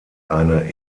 eine